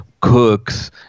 Cooks